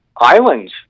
islands